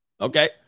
Okay